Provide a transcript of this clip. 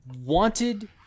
wanted